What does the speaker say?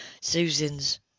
Susan's